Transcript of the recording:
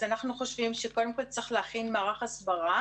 אז אנחנו חושבים שקודם כל צריך להכין מערך הסברה